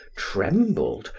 trembled,